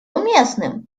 уместным